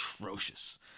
atrocious